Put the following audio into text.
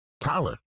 Tyler